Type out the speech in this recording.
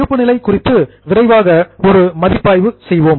இருப்பு நிலை குறித்து விரைவாக ஒரு ரீவியூ மதிப்பாய்வு செய்வோம்